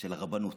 של הרבנות.